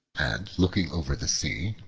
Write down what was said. and looking over the sea,